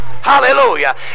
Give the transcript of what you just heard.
Hallelujah